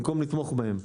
במקום לתמוך בהם.